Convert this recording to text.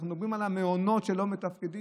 אנחנו מדברים על המעונות, שלא מתפקדים.